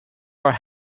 are